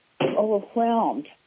overwhelmed